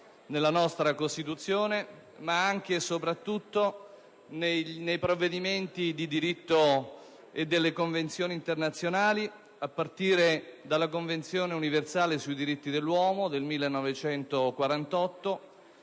nella nostra Costituzione, ma anche e soprattutto nei provvedimenti di diritto e delle convenzioni internazionali, a partire dalla Dichiarazione universale sui diritti dell'uomo del 1948.